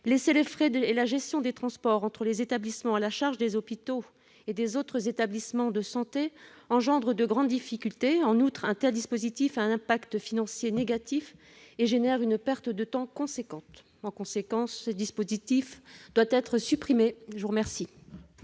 Laisser les frais et la gestion des transports entre les établissements à la charge des hôpitaux et des autres établissements de santé engendre de grandes difficultés. En outre, un tel dispositif a un impact financier négatif et s'accompagne d'une importante perte de temps. Par conséquent, il doit être supprimé. Les trois